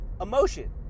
emotion